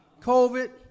covid